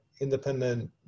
independent